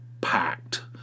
Packed